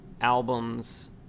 albums